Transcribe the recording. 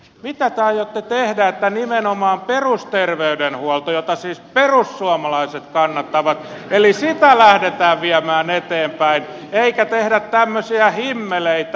mitä te aiotte tehdä että nimenomaan perusterveydenhuoltoa jota siis perussuomalaiset kannattavat lähdetään viemään eteenpäin eikä tehdä tämmöisiä himmeleitä